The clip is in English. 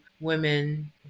women